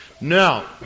Now